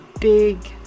big